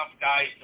guys